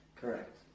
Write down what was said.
correct